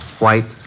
white